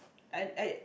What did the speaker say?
I I